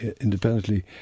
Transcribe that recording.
independently